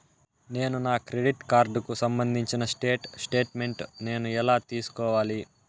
నేను నా క్రెడిట్ కార్డుకు సంబంధించిన స్టేట్ స్టేట్మెంట్ నేను ఎలా తీసుకోవాలి?